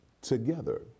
together